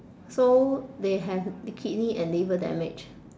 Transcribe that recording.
so they have the kidney and liver damage